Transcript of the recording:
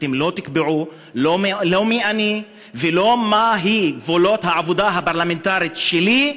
אתם לא תקבעו לא מי אני ולא מה הם גבולות העבודה הפרלמנטרית שלי,